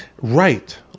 right